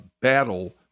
battle